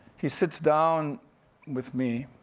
he sits down with me.